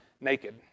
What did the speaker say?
naked